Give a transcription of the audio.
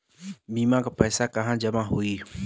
बीमा क पैसा कहाँ जमा होई?